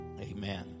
Amen